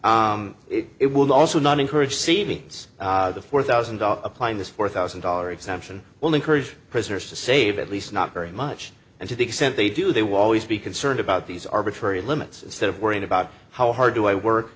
made it would also not encourage seedings the four thousand dollars a plan this four thousand dollar exemption will encourage prisoners to save at least not very much and to the extent they do they will always be concerned about these arbitrary limits instead of worrying about how hard do i work